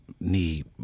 need